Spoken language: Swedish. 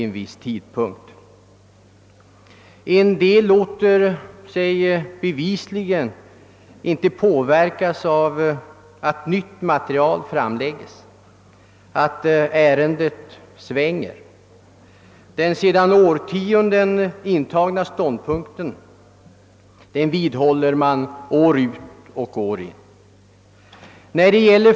En del ledamöter låter sig bevisligen inte påverkas av att nytt material läggs fram och att ärendet i fråga svänger. Den ståndpunkt som man sedan årtionden intagit vidhåller man år ut och år in.